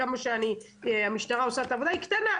כמה שהמשטרה עושה את העבודה היא קטנה,